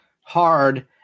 hard